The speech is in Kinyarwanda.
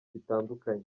bitandukanye